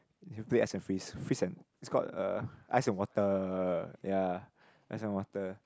if you play ice and freeze freeze and it's called uh ice and water ya ice and water